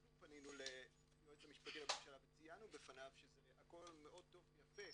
אנחנו פנינו ליועץ המשפטי לממשלה וציינו בפניו שהכל מאד טוב ויפה,